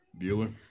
Bueller